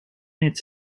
its